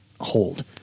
hold